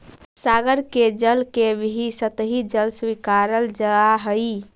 सागर के जल के भी सतही जल स्वीकारल जा हई